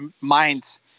minds